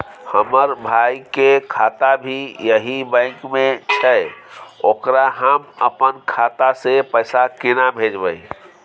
हमर भाई के खाता भी यही बैंक में छै ओकरा हम अपन खाता से पैसा केना भेजबै?